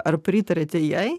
ar pritariate jai